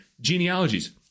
Genealogies